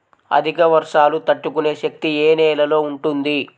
అధిక వర్షాలు తట్టుకునే శక్తి ఏ నేలలో ఉంటుంది?